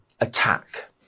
attack